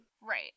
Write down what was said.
Right